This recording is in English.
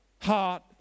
heart